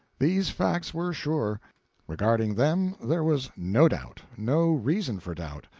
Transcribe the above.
these facts were sure regarding them there was no doubt, no reason for doubt.